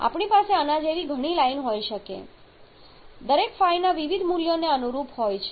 આપણી પાસે આના જેવી ઘણી લાઈન હોઈ શકે છે દરેક ϕ ના વિવિધ મૂલ્યોને અનુરૂપ હોય છે